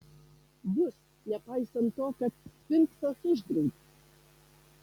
bus nepaisant to kad sfinksas uždraudė